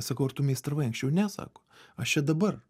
sakau ar tu meistravai anksčiau ne sako aš čia dabar